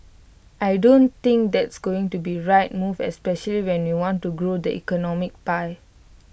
I don't think that's going to be right move especially when we want to grow the economic pie